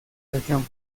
región